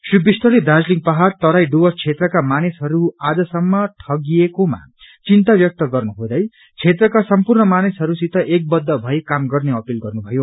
श्री विष्टले दार्जीलिङ पहाड़ तराई डुर्वस क्षेत्रका मानिसहरू आज सम्म ठगिएकोमा चिन्ता ब्यक्त गर्नु हुँदै क्षेत्रका सम्पूर्ण मानिसहरूसित एकबद्व भई काम गर्ने अपील गर्नु भयो